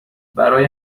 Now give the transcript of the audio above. برای